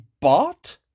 bought